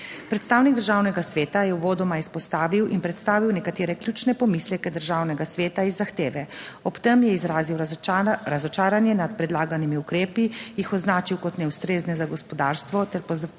Predstavnik Državnega sveta je uvodoma izpostavil in predstavil nekatere ključne pomisleke Državnega sveta iz zahteve, ob tem je izrazil razočaranje nad predlaganimi ukrepi, jih označil kot neustrezne za gospodarstvo